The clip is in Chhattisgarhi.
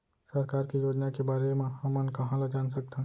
सरकार के योजना के बारे म हमन कहाँ ल जान सकथन?